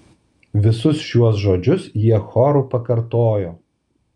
visus šiuos žodžius jie choru pakartojo